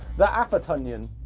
the athertonion.